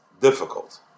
difficult